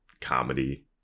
comedy